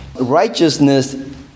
Righteousness